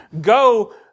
Go